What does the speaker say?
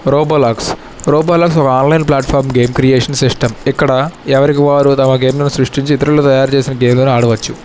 robo Lux Roblox ఓ online platform game creation system ఇక్కడ ఎవరికి వారు తమ గేమ్ను సృష్టించి ఇతరులు తయారుచేసిన గేమును ఆడవచ్చు